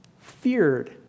feared